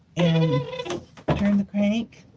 and turn the crank,